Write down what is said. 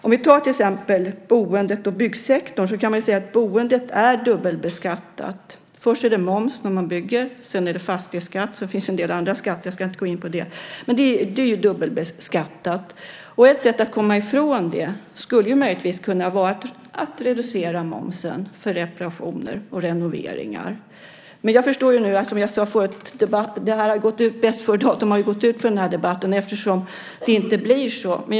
Om vi tar till exempel boendet och byggsektorn så kan man säga att boendet är dubbelbeskattat. Först är det moms när man bygger, sedan är det fastighetsskatt och en del andra skatter som jag inte ska gå in på. Det är dubbelbeskattat. Ett sätt att komma ifrån det skulle möjligtvis kunna vara att reducera momsen för reparationer och renoveringar. Men som jag sade förut har bäst-före-datum gått ut för den här debatten, och jag förstår nu att det inte blir så här.